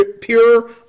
pure